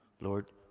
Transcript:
Lord